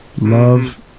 love